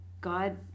God